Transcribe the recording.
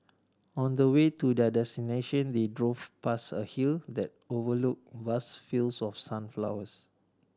on the way to their destination they drove past a hill that overlook vast fields of sunflowers